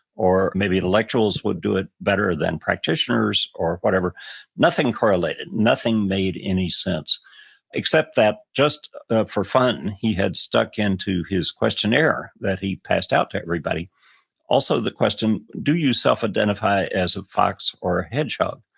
or maybe intellectuals would do it better than practitioners or whatever nothing correlated. nothing made any sense except that just for fun, he had stuck into his questionnaire that he passed out to everybody also the question, do self-identify as a fox or hedgehog?